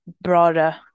broader